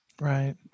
Right